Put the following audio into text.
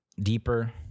deeper